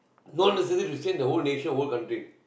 not necessary to change the whole nation whole country